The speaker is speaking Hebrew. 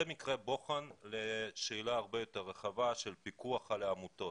זה מקרה בוחן לשאלה הרבה יותר רחבה של פיקוח על העמותות.